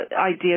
idea